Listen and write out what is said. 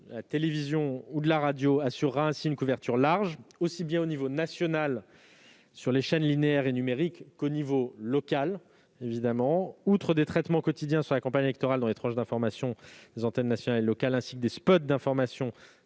la télévision ou de la radio, assurera donc une couverture large, aussi bien au niveau national, sur les chaînes linéaires et numériques, qu'au niveau local. Outre le traitement quotidien de la campagne électorale dans les tranches d'information des antennes nationales et locales, ainsi que les spots d'information